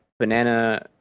Banana